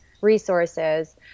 resources